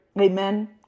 amen